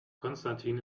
konstantin